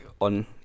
on